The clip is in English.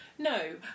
No